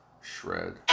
Shred